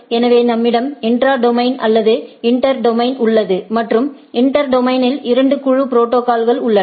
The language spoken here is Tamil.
எனவே நம்மிடம் இன்ட்ரா டொமைன் அல்லது இன்டர் டொமைன் உள்ளது மற்றும் இன்டர் டொமைனில் இரண்டு குழு ப்ரோடோகால்கள் உள்ளன